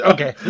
Okay